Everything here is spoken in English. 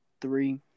three